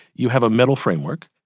you have a metal framework,